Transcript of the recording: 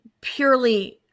purely